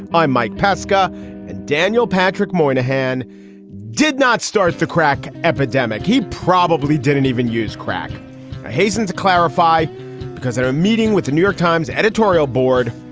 i'm mike pesca. and daniel patrick moynihan did not start the crack epidemic. he probably didn't even use crack hastened to clarify because at a meeting with the new york times editorial board,